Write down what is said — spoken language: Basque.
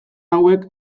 hauek